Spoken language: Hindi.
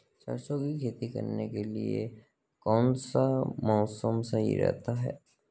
सरसों की खेती करने के लिए कौनसा मौसम सही रहता है?